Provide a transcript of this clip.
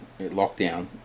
lockdown